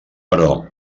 però